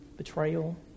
Betrayal